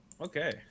Okay